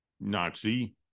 Nazi